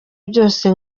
byose